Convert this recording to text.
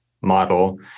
model